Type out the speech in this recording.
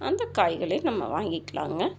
அந்த காய்களே நம்ம வாங்கிக்கிலாங்க